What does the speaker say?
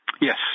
Yes